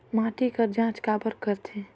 माटी कर जांच काबर करथे?